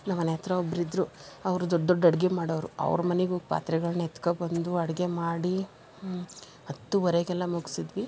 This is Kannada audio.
ನಮ್ಮ ಮನೆ ಹತ್ತಿರ ಒಬ್ಬರಿದ್ರು ಅವರು ದೊಡ್ಡ ದೊಡ್ಡ ಅಡುಗೆ ಮಾಡೋರು ಅವ್ರ ಮನೆಗೋಗ್ ಪಾತ್ರೆಗಳನ್ನ ಎತ್ಕೊಬಂದು ಅಡುಗೆ ಮಾಡಿ ಹತ್ತೂವರೆಗೆಲ್ಲ ಮುಗಿಸಿದ್ವಿ